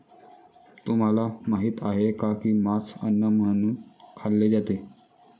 तुम्हाला माहित आहे का की मांस अन्न म्हणून खाल्ले जाते?